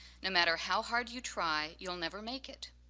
no matter how hard you try, you'll never make it.